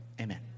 Amen